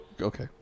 okay